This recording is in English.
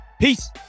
Peace